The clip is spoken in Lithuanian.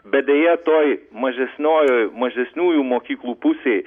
bet deja toj mažesniojoj mažesniųjų mokyklų pusėj